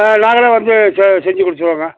ஆ நாங்களே வந்து செ செஞ்சு கொடுத்துருவோங்க